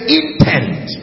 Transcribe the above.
intent